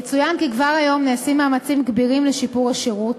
יצוין כי כבר היום נעשים מאמצים כבירים לשיפור השירות.